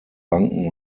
banken